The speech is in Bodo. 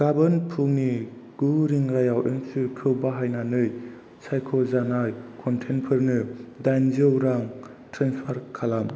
गाबोन फुंनि गु रिंगायाव एमस्वुइफखौ बाहायनानै सायख'जानाय कनटेक्टफोरनो दाइनजौ रां ट्रेन्सफार खालाम